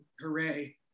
hooray